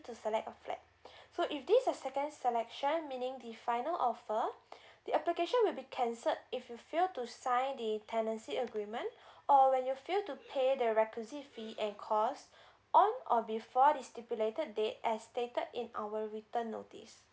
to select a flat so if this a second selection meaning the final offer the application will be cancelled if you fail to sign the tenancy agreement or when you fail to pay the requisite fee and cost on or before the stipulated date as stated in our return notice